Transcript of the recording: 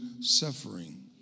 suffering